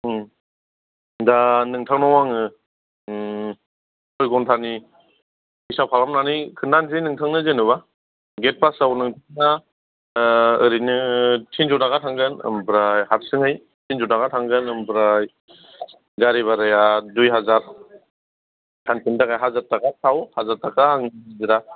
दा नोंथांनाव आङो खय घन्टानि हिसाब खालामनानै खोन्थासै नोंथांनो जेनबा गेथ पास आव नोंथाङा ओरैनो थिनस' थाखा थांगोन ओमफ्राय हारसिङै थिनस' थाखा थांगोन आमफ्राय गारि भाराया दुइहाजार सानसेनि थाखाय हाजार थाखा थाव हाजार थाखा आं